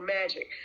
magic